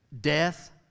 Death